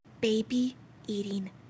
Baby-eating